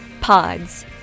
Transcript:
Pods